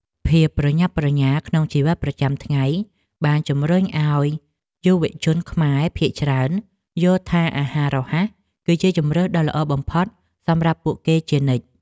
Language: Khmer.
ភាពប្រញាប់ប្រញាល់ក្នុងជីវិតប្រចាំថ្ងៃបានជម្រុញឲ្យយុវជនខ្មែរភាគច្រើនយល់ថាអាហាររហ័សគឺជាជម្រើសដ៏ល្អបំផុតសម្រាប់ពួកគេជានិច្ច។